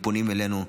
אתם פונים אלינו,